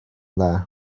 dda